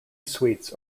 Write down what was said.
suites